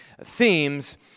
themes